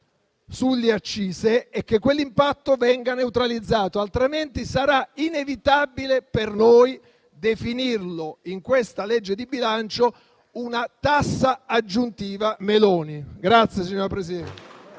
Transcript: sulle accise e che quell'impatto venga neutralizzato. Altrimenti sarà inevitabile per noi definirla, in questa legge di bilancio, una tassa aggiuntiva Meloni.